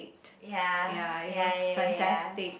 ya ya ya ya ya ya